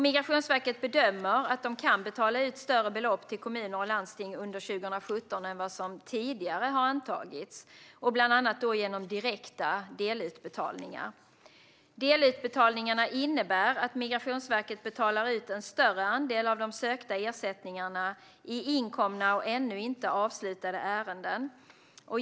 Migrationsverket bedömer att de kan betala ut större belopp till kommuner och landsting under 2017 än vad som tidigare har antagits, bland annat genom direkta delutbetalningar. Delutbetalningarna innebär att Migrationsverket betalar ut en större andel av de sökta ersättningarna i inkomna och ännu inte avslutade ärenden.